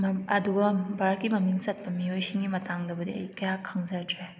ꯑꯗꯨꯒ ꯚꯥꯔꯠꯀꯤ ꯃꯃꯤꯡ ꯆꯠꯄ ꯃꯤꯑꯣꯏꯁꯤꯡꯒꯤ ꯃꯇꯥꯡꯗꯕꯨꯗꯤ ꯑꯩ ꯀꯌꯥ ꯈꯪꯖꯗ꯭ꯔꯦ